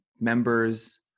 members